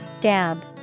Dab